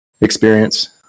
experience